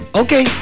okay